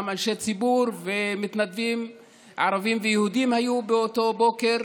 גם אנשי ציבור ומתנדבים ערבים ויהודים היו באותו בוקר